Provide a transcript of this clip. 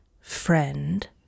friend